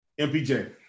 MPJ